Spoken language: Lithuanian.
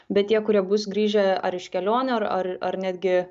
bet tie kurie bus grįžę ar iš kelionių ar ar netgi